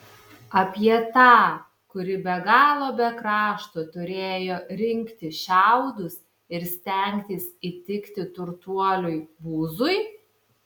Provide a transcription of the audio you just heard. apie tą kuri be galo be krašto turėjo rinkti šiaudus ir stengtis įtikti turtuoliui boozui